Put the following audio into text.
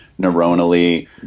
neuronally